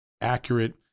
accurate